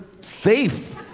safe